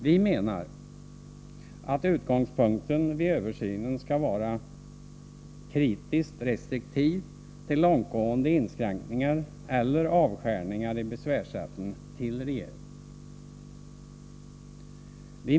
Vi menar att utgångspunkten vid översynen skall vara en kritiskt restriktiv hållning till långtgående inskränkningar eller avskärningar i besvärsrätten till regeringen.